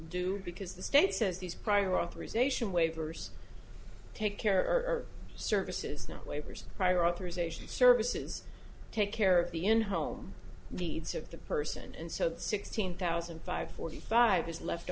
do because the state says these prior authorization waivers take care services not waivers prior authorization services take care of the in home needs of the person and so sixteen thousand five forty five is left